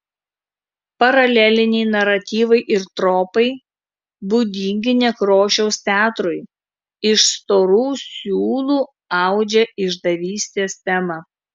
paraleliniai naratyvai ir tropai būdingi nekrošiaus teatrui iš storų siūlų audžia išdavystės temą